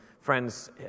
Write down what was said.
friends